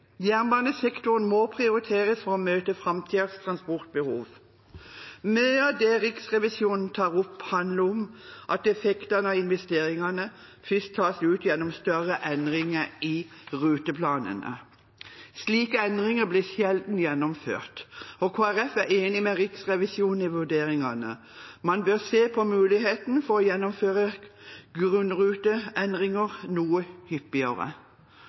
Jernbanesektoren må prioriteres for å møte framtidens transportbehov. Mye av det Riksrevisjonen tar opp, handler opp om at effektene av investeringene først tas ut gjennom større endringer i ruteplanene. Slike endringer blir sjelden gjennomført, og Kristelig Folkeparti er enig med Riksrevisjonen i vurderingene. Man bør se på muligheten for å gjennomføre grunnruteendringer noe hyppigere.